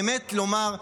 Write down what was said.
באמת לומר,